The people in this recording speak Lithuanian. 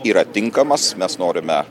yra tinkamas mes norime